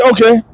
Okay